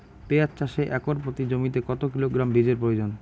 পেঁয়াজ চাষে একর প্রতি জমিতে কত কিলোগ্রাম বীজের প্রয়োজন?